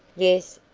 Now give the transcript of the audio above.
yes,